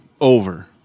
Over